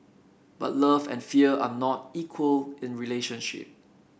but love and fear are not equal in relationship